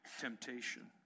temptation